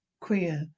queer